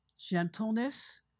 gentleness